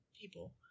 people